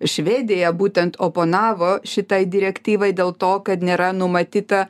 švedija būtent oponavo šitai direktyvai dėl to kad nėra numatyta